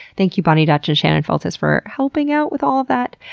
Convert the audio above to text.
thank you boni dutch and shannon feltus for helping out with all of that.